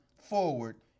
forward